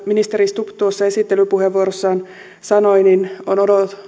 ministeri stubb tuossa esittelypuheenvuorossaan sanoi on